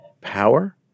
power